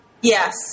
Yes